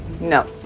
no